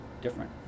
different